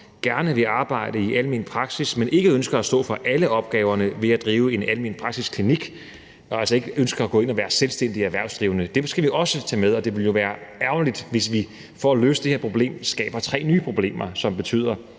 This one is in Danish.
gerne vil arbejde i almen praksis, men som ikke ønsker at stå for alle opgaverne ved at drive en almenpraksisklinik, og som altså ikke ønsker at gå ind og være selvstændig erhvervsdrivende. Dem skal vi også tage med, og det ville jo være ærgerligt, hvis vi for at løse det her problem skaber tre nye problemer, som betyder,